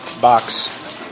box